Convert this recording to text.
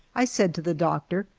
i said to the doctor,